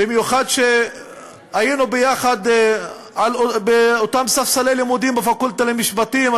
במיוחד שהיינו יחד על אותם ספסלי לימודים בפקולטה למשפטים,